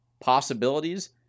possibilities